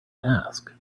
ask